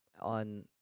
On